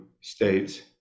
states